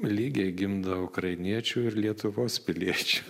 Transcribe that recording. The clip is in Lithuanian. lygiai gimdo ukrainiečių ir lietuvos piliečių